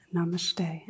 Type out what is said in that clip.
Namaste